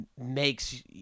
makes